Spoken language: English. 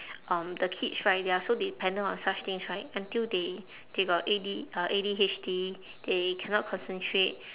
um the kids right they are so dependent on such things right until they they got A_D uh A_D_H_D they cannot concentrate